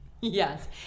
Yes